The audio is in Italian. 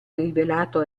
rivelato